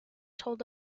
told